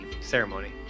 ceremony